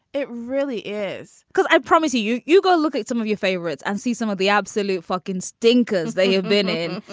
it really is. because i promise you, you you go look at some of your favorites and see some of the absolute fucking stinkers that you've been in.